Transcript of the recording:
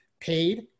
paid